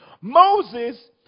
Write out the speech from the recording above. Moses